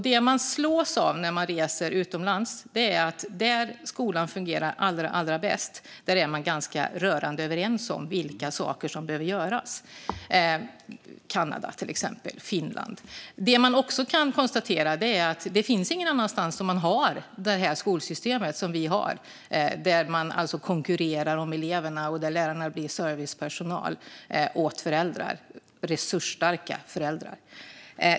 Det man slås av utomlands är att där skolan fungerar allra bäst är de ganska rörande överens om vilka saker som behöver göras. Det gäller till exempel Kanada och Finland. Vi kan också konstatera att ingen annanstans har man det skolsystem som vi har, där det konkurreras om eleverna och där lärarna blir servicepersonal åt resursstarka föräldrar.